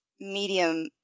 Medium